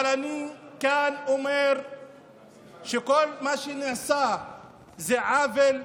אבל אני אומר כאן שכל מה שנעשה זה עוול,